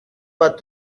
pas